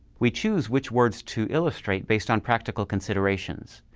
we choose which words to illustrate based on practical considerations.